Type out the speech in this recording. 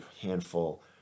handful